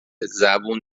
زبون